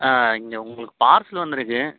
ஆ இங்கே உங்களுக்கு பார்சல் வந்துருக்கு